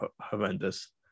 horrendous